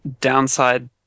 downside